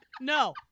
No